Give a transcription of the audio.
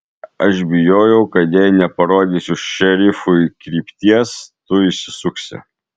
aš bijojau kad jei neparodysiu šerifui krypties tu išsisuksi